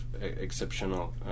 exceptional